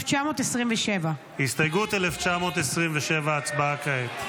1927. הסתייגות 1927, הצבעה כעת.